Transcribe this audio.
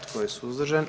Tko je suzdržan?